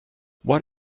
what